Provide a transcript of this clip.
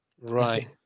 Right